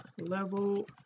level